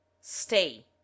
stay